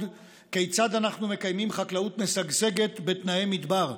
כיצד אנחנו מקיימים חקלאות משגשגת בתנאי מדבר,